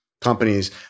companies